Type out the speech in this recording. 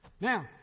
Now